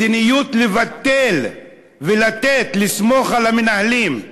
במדיניות של לבטל ולסמוך על המנהלים,